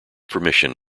permission